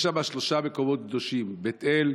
יש שם שלושה מקומות קדושים: בית אל,